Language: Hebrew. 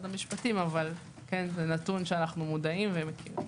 המשפטים אבל זה נתון שאנו מודעים ומכירים.